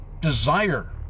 desire